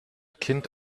kind